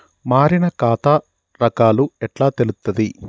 మారిన ఖాతా రకాలు ఎట్లా తెలుత్తది?